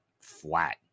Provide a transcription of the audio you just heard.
flat